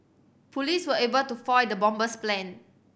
police were able to foil the bomber's plan